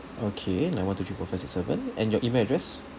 okay nine one two three four five six seven and your email address